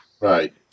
right